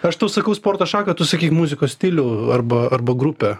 aš tau sakau sporto šaką tu sakyk muzikos stilių arba arba grupę